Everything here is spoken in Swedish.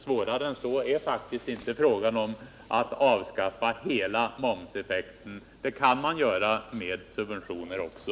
Svårare än så är faktiskt inte frågan om att avskaffa hela momseffekten. Det kan man göra med subventioner också.